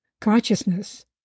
consciousness